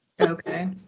Okay